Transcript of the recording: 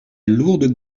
lourde